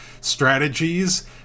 strategies